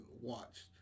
watched